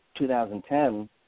2010